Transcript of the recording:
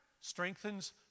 Strengthens